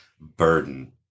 burden